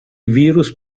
virus